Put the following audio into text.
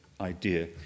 idea